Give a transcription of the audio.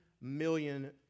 million